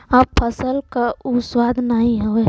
अब फसल क उ स्वाद नाही हौ